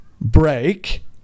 Break